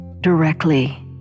directly